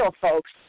folks